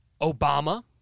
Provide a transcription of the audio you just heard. Obama